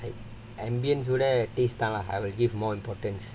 like the ambient ஓட:oda taste I will give more important